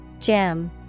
Gem